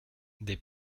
des